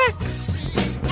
Next